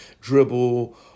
Dribble